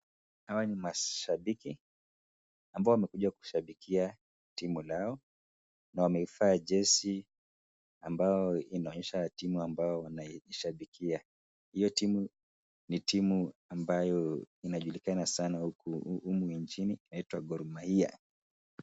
Hawa Ni mashabiki ambao wamekuja kushabikia timu Lao Na waivaa jesi ambao inaonyesha jesi ambao wameivaaa humu nchini